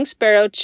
Sparrow